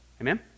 Amen